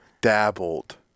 Dabbled